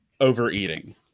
overeating